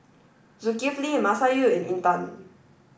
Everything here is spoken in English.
Zulkifli Masayu and Intan